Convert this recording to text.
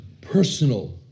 personal